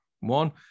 one